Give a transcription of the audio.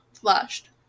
flushed